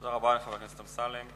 תודה רבה לחבר הכנסת אמסלם.